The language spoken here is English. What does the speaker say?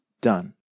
done